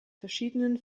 verschiedenen